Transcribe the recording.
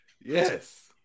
Yes